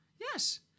Yes